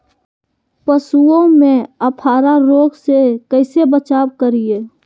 पशुओं में अफारा रोग से कैसे बचाव करिये?